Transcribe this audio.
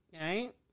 Right